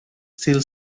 still